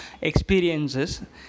experiences